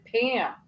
pam